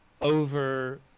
over